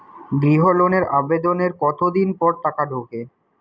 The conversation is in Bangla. গৃহ লোনের আবেদনের কতদিন পর টাকা ঢোকে?